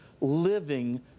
living